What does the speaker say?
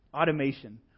automation